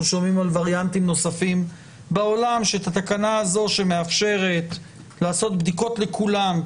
שומעים על וריאנטים נוספים בעולם שמאפשרת לעשות בדיקות לכולם,